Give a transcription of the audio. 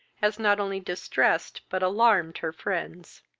as not only distressed but alarmed her friends.